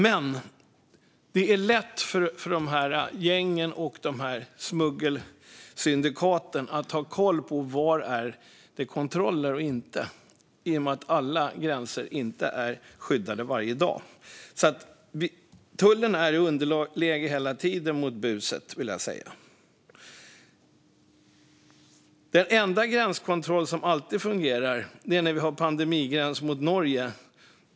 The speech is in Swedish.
Men det är lätt för de här gängen och smuggelsyndikaten att ha koll på var det är kontroller och inte, i och med att alla gränser inte är skyddade varje dag. Tullen är hela tiden i underläge gentemot buset, vill jag säga. Den enda gränskontroll som alltid fungerar är när vi har en pandemigräns mot Norge.